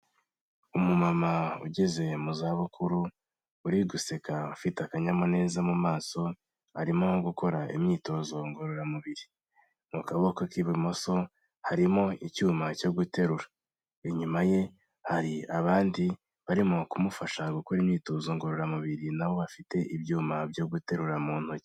Umumama ugeze mu zabukuru uri guseka afite akanyamuneza mu maso arimo gukora imyitozo ngororamubiri, mu kaboko k'ibumoso harimo icyuma cyo guterura, inyuma ye hari abandi barimo kumufasha gukora imyitozo ngororamubiri nabo bafite ibyuma byo guterura mu ntoki.